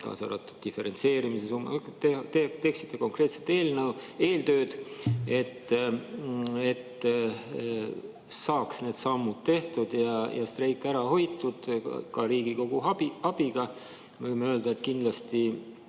kaasa arvatud diferentseerimisi. Te teeksite konkreetset eeltööd, et saaks need sammud tehtud ja streik ära hoitud ka Riigikogu abiga. Me võime öelda, et kindlasti